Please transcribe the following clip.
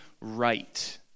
right